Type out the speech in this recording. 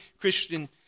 Christian